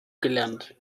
gelernt